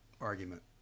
argument